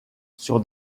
sur